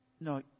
no